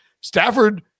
Stafford